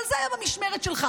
אבל זה היה במשמרת שלך.